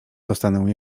dostanę